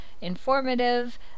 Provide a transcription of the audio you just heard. Informative